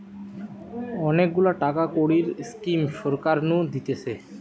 অনেক গুলা টাকা কড়ির স্কিম সরকার নু দিতেছে